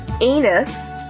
anus